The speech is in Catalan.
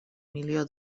milió